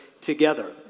together